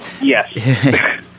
Yes